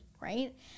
right